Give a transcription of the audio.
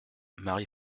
marie